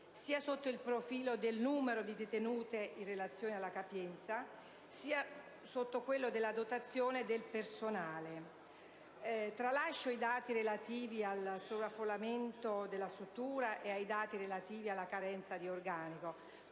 sia sotto il profilo del numero di detenute in relazione alla capienza, sia sotto quello della dotazione del personale. Tralascio i dati relativi al sovraffollamento della struttura e quelli relativi alla carenza di organico